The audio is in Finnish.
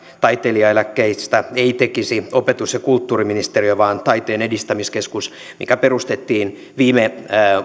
taiteilijaeläkkeistä ei enää tekisi opetus ja kulttuuriministeriö vaan taiteen edistämiskeskus joka perustettiin viime